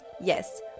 yes